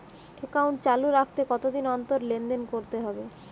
Account চালু রাখতে কতদিন অন্তর লেনদেন করতে হবে?